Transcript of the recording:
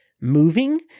moving